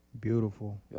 beautiful